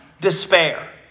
despair